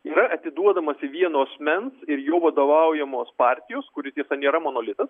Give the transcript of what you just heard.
yra atiduodamas į vieno asmens ir jo vadovaujamos partijos kuri tiesa nėra monolitas